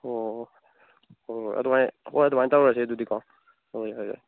ꯑꯣ ꯑꯣ ꯑꯣ ꯑꯗꯨꯃꯥꯏꯅ ꯇꯧꯔꯁꯦ ꯑꯗꯨꯗꯤꯀꯣ ꯍꯣ ꯌꯥꯔꯦ ꯌꯥꯔꯦ